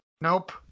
Nope